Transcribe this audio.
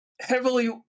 heavily